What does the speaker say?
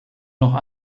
noch